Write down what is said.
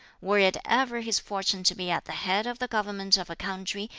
were it ever his fortune to be at the head of the government of a country,